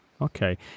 Okay